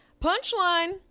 Punchline